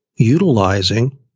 utilizing